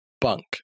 bunk